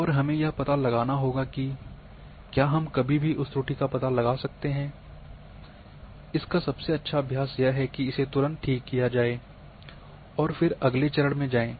और हमें यह पता लगाना होगा कि क्या हम कभी भी उस त्रुटि का पता लगा लेते हैं इसका सबसे अच्छा अभ्यास यह है कि इसे तुरंत ठीक किया जाए और फिर अगले चरण में जाएँ